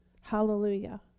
Hallelujah